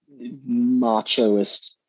machoist